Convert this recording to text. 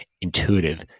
intuitive